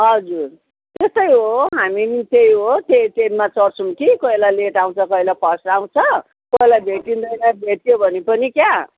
हजुर त्यस्तै हो हामी नि त्यही हो त्यही ट्रेनमा चढ्छौँ कि कोही बेला लेट आउँछ कोही बेला फर्स्ट आउँछ कोही बेला भेटिँदैन भेट्यो भने पनि क्या